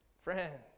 friends